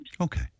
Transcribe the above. Okay